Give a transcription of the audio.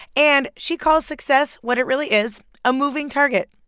and she calls success what it really is a moving target.